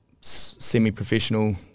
semi-professional